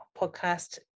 podcast